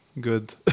good